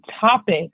topic